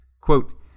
Quote